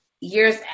Years